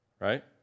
Right